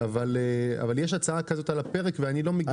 אבל יש הצעה כזאת על הפרק ואני לא מגיש